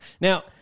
Now